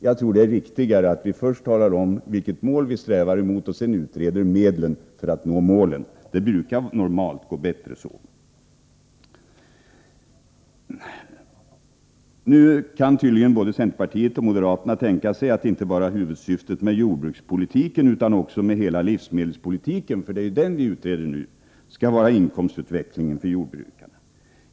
Jag tror att det är viktigare att först tala om vilket mål som vi strävar mot och sedan utreda medlen för att nå målet — det brukar normalt gå bättre så. Nu kan tydligen både centerpartiet och moderaterna tänka sig att huvudsyftet inte bara med jordbrukspolitiken utan med hela livsmedelspolitiken, för det är den vi utreder nu, skall vara inkomstutvecklingen för jordbrukarna.